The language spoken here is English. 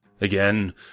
Again